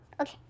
Okay